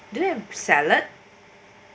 do you have salad